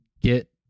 get